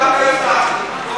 דווקא הצלחתי.